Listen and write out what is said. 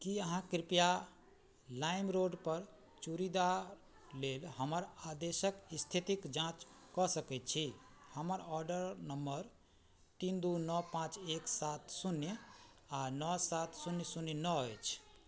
की आहाँ कृपया लाइमरोड पर चूड़ीदा लेल हमर आदेशक स्थितिक जाँच कऽ सकैत छी हमर ऑर्डर नम्बर तीन दू नओ पाँच एक सात शून्य आ नओ सात शून्य शून्य नओ अछि